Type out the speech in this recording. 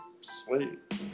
sweet